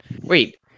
Wait